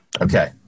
Okay